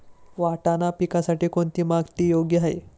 वाटाणा पिकासाठी कोणती माती योग्य आहे?